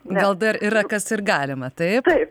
gal dar yra kas ir galima taip